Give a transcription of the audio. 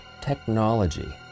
technology